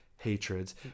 hatreds